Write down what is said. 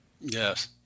Yes